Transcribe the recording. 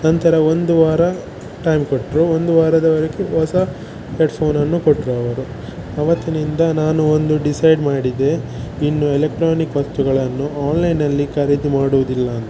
ನಂತರ ಒಂದು ವಾರ ಟೈಮ್ ಕೊಟ್ಟರು ಒಂದು ವಾರದ ಒಳಗೆ ಹೊಸ ಎಡ್ಫೋನನ್ನು ಕೊಟ್ಟರು ಅವರು ಅವತ್ತಿನಿಂದ ನಾನು ಒಂದು ಡಿಸೈಡ್ ಮಾಡಿದೆ ಇನ್ನು ಎಲೆಕ್ಟ್ರಾನಿಕ್ ವಸ್ತುಗಳನ್ನು ಆನ್ಲೈನಲ್ಲಿ ಖರೀದಿ ಮಾಡುವುದಿಲ್ಲ ಅಂತ